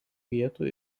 vietų